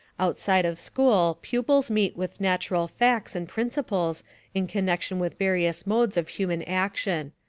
outside of school pupils meet with natural facts and principles in connection with various modes of human action.